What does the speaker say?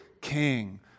King